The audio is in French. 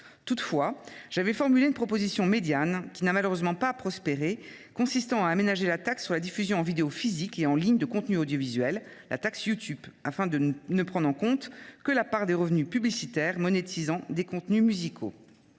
pour ma part formulé une proposition médiane, qui n’a malheureusement pas prospéré, consistant à aménager la taxe sur la diffusion en vidéo physique et en ligne de contenus audiovisuels, dite taxe YouTube, afin de ne prendre en compte que la part des revenus publicitaires monétisant des contenus musicaux.